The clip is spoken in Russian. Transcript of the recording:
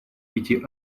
пяти